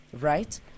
right